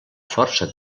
força